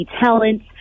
talent